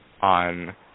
on